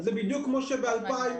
זה בדיוק כמו שב-2018,